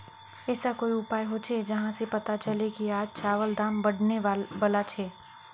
ऐसा कोई उपाय होचे जहा से पता चले की आज चावल दाम बढ़ने बला छे?